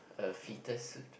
a fetus suit